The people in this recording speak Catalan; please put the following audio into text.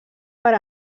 per